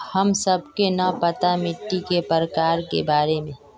हमें सबके न पता मिट्टी के प्रकार के बारे में?